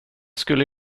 skulle